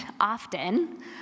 often